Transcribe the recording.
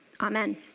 Amen